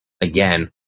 again